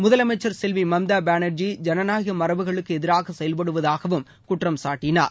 முதலமைச்சர் செல்வி மம்தா பானர்ஜி ஜனநாயக மரபுகளுக்கு எதிராக செயவ்படுவதாகவும் குற்றம் சாட்டினார்